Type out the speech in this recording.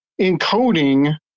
encoding